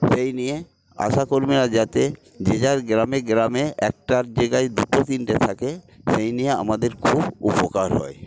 এই নিয়ে আশাকর্মীরা যাতে যে যার গ্রামে গ্রামে একটার জায়গায় দুটো তিনটে থাকে এই নিয়ে আমাদের খুব উপকার হয়